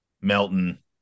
Melton